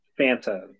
Fanta